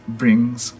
brings